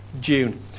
June